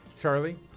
Charlie